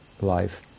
life